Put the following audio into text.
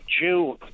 June